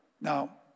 Now